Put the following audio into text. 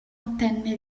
ottenne